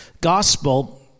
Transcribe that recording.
gospel